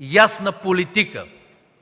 ясна политика